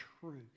truth